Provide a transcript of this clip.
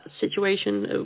situation